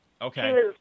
Okay